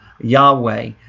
yahweh